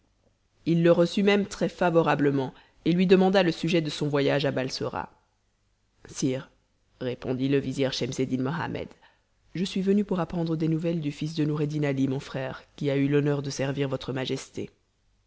il le reçut même très favorablement et lui demanda le sujet de son voyage à balsora sire répondit le vizir schemseddin mohammed je suis venu pour apprendre des nouvelles du fils de noureddin ali mon frère qui a eu l'honneur de servir votre majesté